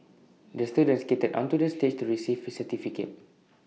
the student skated onto the stage to receive his certificate